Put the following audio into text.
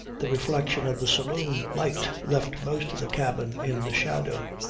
the reflection of the saloon light left most of the cabin in the shadow.